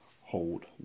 hold